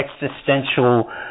existential